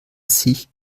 sich